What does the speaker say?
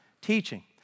teaching